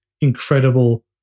incredible